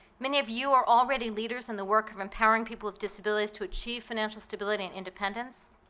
many of you are already leaders in the work of empowering people with disabilities to achieve financial stability and independence.